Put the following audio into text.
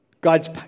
God's